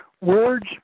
Words